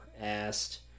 asked